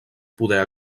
poder